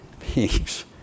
peace